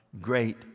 great